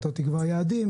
אתה תקבע יעדים,